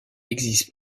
existe